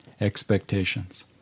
Expectations